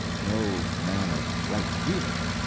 no man of right feeling,